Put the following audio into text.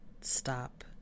stop